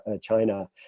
China